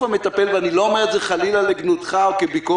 המטפל ואני לא אומר את זה חלילה לגנותך או כביקורת,